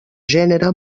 gènere